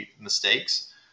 mistakes